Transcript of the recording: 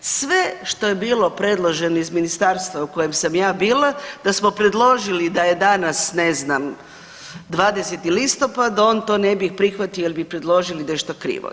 Sve što je bilo predloženo iz ministarstva u kojem sam ja bila, da smo predložili da je danas, ne znam, 20. listopad, on to ne bi prihvatio jer bi predložili nešto krivo.